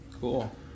Cool